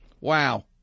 Wow